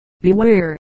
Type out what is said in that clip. Beware